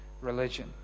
religion